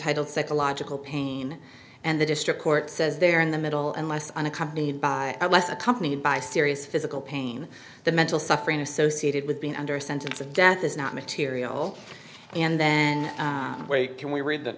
title psychological pain and the district court says they are in the middle and less unaccompanied by less accompanied by serious physical pain the mental suffering associated with being under sentence of death is not material and then can we read the